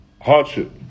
hardship